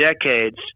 decades